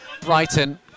Brighton